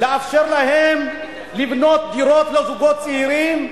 מאפשר להם לבנות דירות לזוגות צעירים,